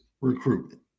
recruitment